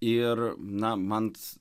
ir na mants